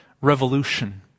revolution